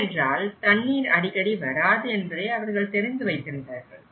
ஏனென்றால் தண்ணீர் அடிக்கடி வராது என்பதை அவர்கள் தெரிந்து வைத்திருந்தார்கள்